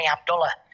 Abdullah